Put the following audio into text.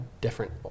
different